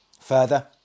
Further